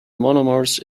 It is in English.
monomers